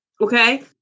okay